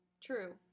true